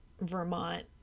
vermont